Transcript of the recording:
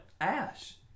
ash